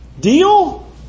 Deal